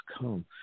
come